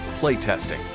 playtesting